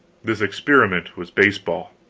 this experiment was baseball.